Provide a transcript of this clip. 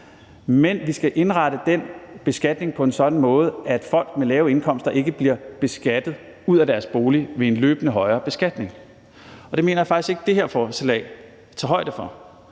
men vi skal indrette den beskatning på en sådan måde, at folk med lave indkomster ikke bliver beskattet ud af deres bolig ved en løbende højere beskatning. Og det mener jeg faktisk ikke det her forslag tager højde for.